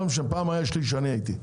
היה שליש כשאני הייתי.